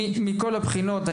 מכל הבחינות.